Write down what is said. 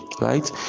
right